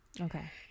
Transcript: Okay